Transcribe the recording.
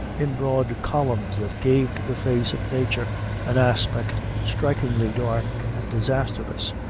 in broad columns that gave to the face of nature an aspect strikingly dark and disastrous,